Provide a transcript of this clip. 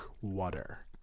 water